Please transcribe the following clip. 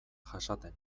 jasaten